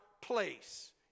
place